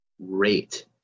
rate